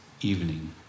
Evening